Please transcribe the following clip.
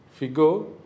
Figo